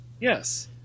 Yes